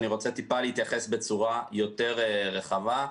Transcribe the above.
אני רוצה להתייחס בצורה יותר רחבה.